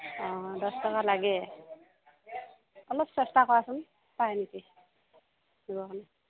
অ দহ টকা লাগে অলপ চেষ্টা কৰাচোন পাৰে নেকি দিবৰ কাৰণে